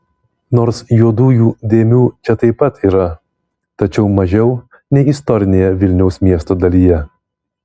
nors juodųjų dėmių čia taip pat yra tačiau mažiau nei istorinėje vilniaus miesto dalyje